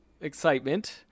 excitement